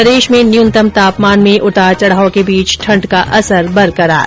प्रदेश में न्यूनतम तापमान में उतार चढाव के बीच ठंड का असर बरकरार